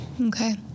Okay